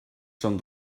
són